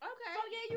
Okay